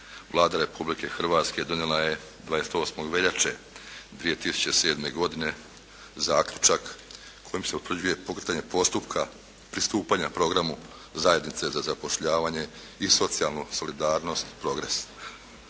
Vlada Republike Hrvatske donijela je 28. veljače 2007. godine zaključak kojim se utvrđuje pokretanje postupaka, pristupanja programu zajednice za zapošljavanje i socijalnu solidarnost progress.